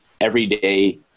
everyday